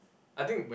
I think